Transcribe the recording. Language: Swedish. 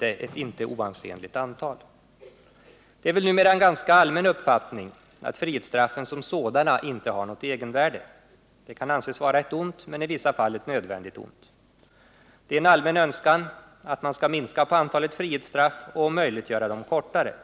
ett inte oansenligt antal. Det är väl numera en ganska allmän uppfattning att frihetsstraffen som sådana inte har något egenvärde. De kan anses vara ett ont men i vissa fall ett nödvändigt ont. Det är en allmän önskan att man skall minska antalet frihetsstraff och om möjligt göra dem kortare.